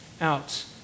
out